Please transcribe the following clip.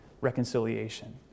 reconciliation